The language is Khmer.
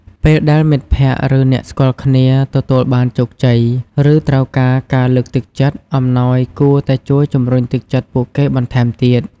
ពេលដែលមិត្តភក្តិ ឬអ្នកស្គាល់គ្នាទទួលបានជោគជ័យ ឬត្រូវការការលើកទឹកចិត្ត អំណោយគួរតែជួយជំរុញទឹកចិត្តពួកគេបន្ថែមទៀត។